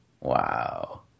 Wow